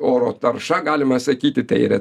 oro tarša galima sakyti tai yra